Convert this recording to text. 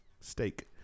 Steak